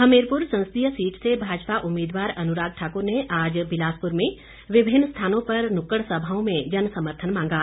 हमीरपुर संसदीय सीट से भाजपा उम्मीदवार अनुराग ठाकुर ने आज बिलासपुर में विभिन्न स्थानों पर नुक्कड़ सभाओं में जन समर्थन मांगा